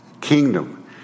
kingdom